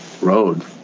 road